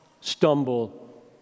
stumble